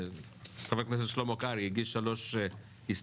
חבר הכנסת שלמה קרעי הגיש שלוש הסתייגויות